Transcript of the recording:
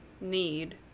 need